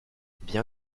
bien